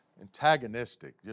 antagonistic